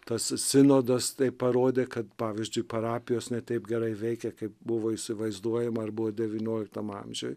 tas sinodas tai parodė kad pavyzdžiui parapijos ne taip gerai veikia kaip buvo įsivaizduojama ar buvo devynioliktam amžiuj